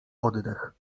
oddech